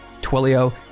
Twilio